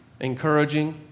encouraging